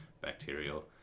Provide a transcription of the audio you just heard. bacterial